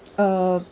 uh